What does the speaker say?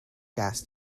gas